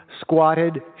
squatted